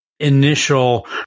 initial